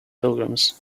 pilgrims